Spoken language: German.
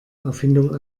erfindung